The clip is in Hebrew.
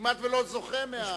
כמעט שלא זוכה מכך.